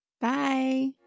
Bye